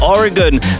Oregon